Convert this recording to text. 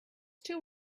too